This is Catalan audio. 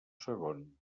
segon